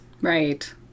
right